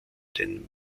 den